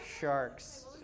sharks